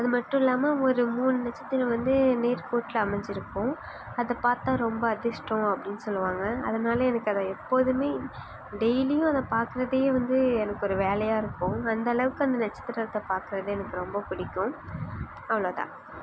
அது மட்டும் இல்லாமல் ஒரு மூணு நட்சத்திரம் வந்து நேர் கோட்டில் அமைஞ்சிருக்கும் அதை பார்த்தா ரொம்ப அதிர்ஷ்டம் அப்படினு சொல்லுவாங்க அதனால் எனக்கு அதை எப்போதுமே டெய்லியும் அதை பார்க்கறதே வந்து எனக்கு ஒரு வேலையாக இருக்கும் அந்தளவுக்கு அந்த நட்சத்திரத்தை பார்க்கறது எனக்கு ரொம்ப பிடிக்கும் அவ்வளோ தான்